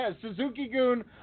Suzuki-Goon